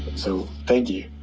so thank you